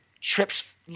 trips